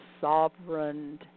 sovereign